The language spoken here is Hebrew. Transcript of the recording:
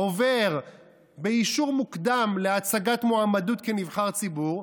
עובר באישור מוקדם להצגת מועמדות כנבחר ציבור.